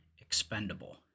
expendable